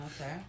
Okay